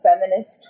feminist